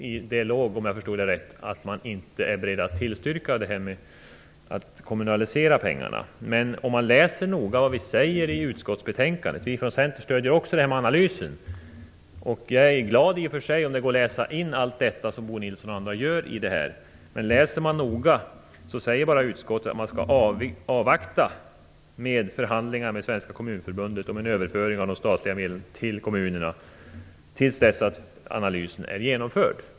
I det låg, om jag förstod det rätt, att man inte är beredd att tillstyrka kommunalisering av pengarna. Vi från Centern stöder också analysen. Jag vore i och för sig glad om det gick att läsa in allt det som Bo Nilsson och andra gör i skrivningen. Men läser man noga det som sägs i utskottsbetänkandet finner man att utskottet bara säger att man skall avvakta med förhandlingar med Svenska kommunförbundet om en överföring av de statliga medlen till kommunerna till dess analysen är genomförd.